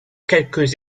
quelques